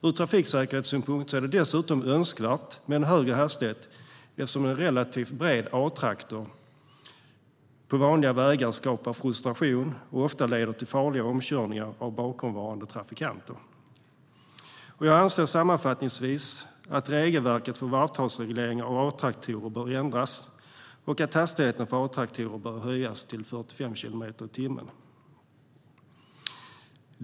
Ur trafiksäkerhetssynpunkt är det dessutom önskvärt med en högre hastighet, eftersom en relativt bred A-traktor på vanliga vägar skapar frustration och ofta leder till farliga omkörningar av bakomvarande trafikanter. Jag anser sammanfattningsvis att regelverket för varvtalsreglering av A-traktorer bör ändras och att hastighetsgränsen för A-traktorer bör höjas till 45 kilometer i timmen.